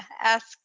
ask